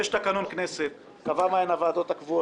יש תקנון כנסת שקבע מה הן הוועדות הקבועות